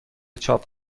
چاپ